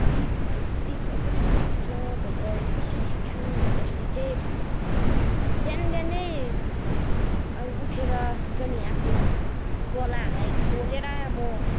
गीत सिक कसरी सिक्छ भन्दा कसरी सिक्छु भन्दाखेरि चाहिँ बिहान बिहानै अब उठेर हुन्छ नि आफ्नो गलाहरूलाई खोलेर म